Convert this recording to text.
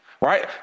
right